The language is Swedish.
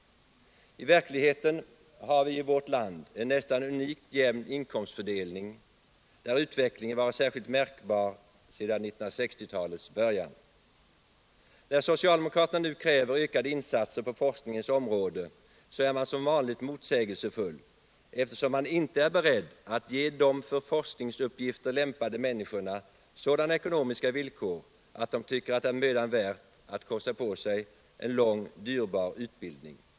I verkligheten har vi i vårt land en nästan unikt jämn inkomstfördelning, där utvecklingen varit särskilt märkbar sedan 1960-talets början. När socialdemokraterna nu kräver ökade insatser på forskningens område, är man som vanligt motsägelsefull, eftersom man inte är beredd att ge de för forskningsuppgifter lämpade människorna sådana ekonomiska villkor att de tycker att det är mödan värt att kosta på sig en lång, dyrbar utbildning.